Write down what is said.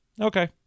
okay